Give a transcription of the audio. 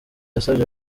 yasabye